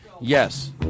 Yes